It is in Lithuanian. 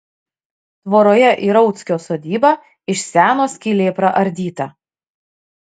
tvoroje į rauckio sodybą iš seno skylė praardyta